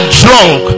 drunk